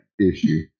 issue